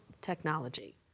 technology